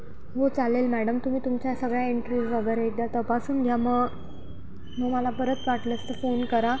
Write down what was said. हो चालेल मॅडम तुम्ही तुमच्या सगळ्या एंट्रीज वगैरे एकदा तपासून घ्या मग मग मला परत वाटलंस तर फोन करा